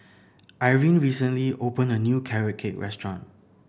Irene recently open a new Carrot Cake restaurant